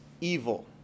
evil